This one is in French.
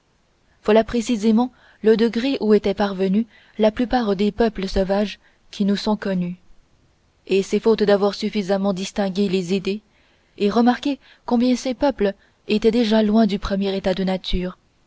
voilà précisément le degré où étaient parvenus la plupart des peuples sauvages qui nous sont connus et c'est faute d'avoir suffisamment distingué les idées et remarqué combien ces peuples étaient déjà loin du premier état de nature